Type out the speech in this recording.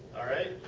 alright.